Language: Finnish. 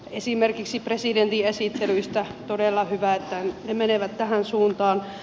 esimerkiksi on todella hyvä että presidentin esittelyt menevät tähän suuntaan